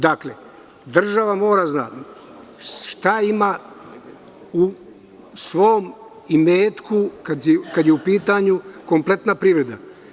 Dakle, država mora da zna šta ima u svom imetku kada je u pitanju kompletna privreda.